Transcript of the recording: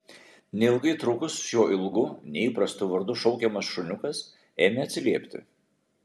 neilgai trukus šiuo ilgu neįprastu vardu šaukiamas šuniukas ėmė atsiliepti